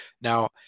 Now